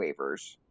waivers